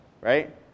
right